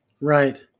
Right